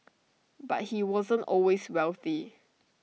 but he wasn't always wealthy